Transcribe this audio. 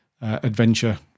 adventure